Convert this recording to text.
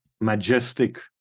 majestic